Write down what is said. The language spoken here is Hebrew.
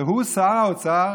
והוא שר האוצר